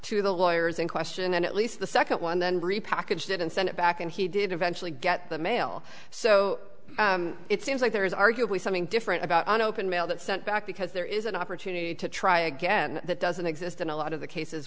to the lawyers in question and at least the second one then repackaged it and sent it back and he did eventually get the mail so it seems like there is arguably something different about an open mail that sent back because there is an opportunity to try again that doesn't exist in a lot of the cases